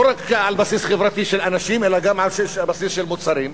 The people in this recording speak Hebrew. לא רק על בסיס חברתי של אנשים אלא גם על בסיס של מוצרים.